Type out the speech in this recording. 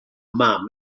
mam